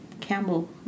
Campbell